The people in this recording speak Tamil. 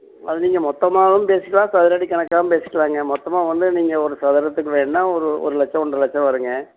அது நீங்கள் மொத்தமாகவும் பேசிக்கலாம் சதுரடி கணக்காகவும் பேசிக்கலாங்க மொத்தமாக வந்து நீங்கள் ஒரு சதுரத்துக்கு வேணும்னா ஒரு ஒரு லட்சம் ஒன்றரை லட்சம் வருங்க